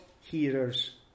hearers